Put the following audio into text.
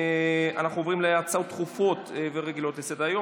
הצעות דחופות ורגילות לסדר-היום.